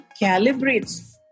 calibrates